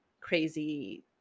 crazy